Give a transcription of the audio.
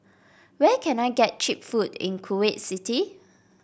where can I get cheap food in Kuwait City